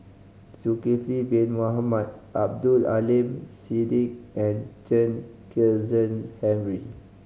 Zulkifli Bin Mohamed Abdul Aleem Siddique and Chen Kezhan Henri